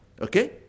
Okay